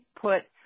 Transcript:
put